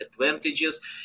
advantages